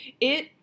it-